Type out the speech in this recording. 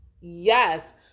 Yes